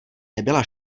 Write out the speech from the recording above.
nebyla